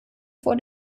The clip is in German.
vor